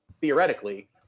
theoretically